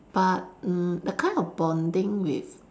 but mm the kind of bonding with